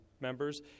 members